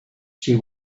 she